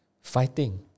fighting